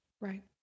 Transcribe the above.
Right